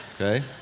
Okay